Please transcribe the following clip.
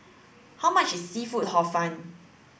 how much is seafood hor fun